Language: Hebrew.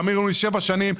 שבע שנים.